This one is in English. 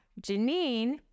janine